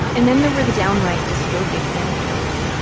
and then there were the downright dystopic anecdotes,